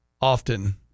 often